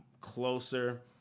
closer